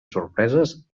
sorpreses